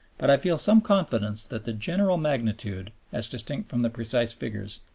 but i feel some confidence that the general magnitude, as distinct from the precise figures,